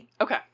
Okay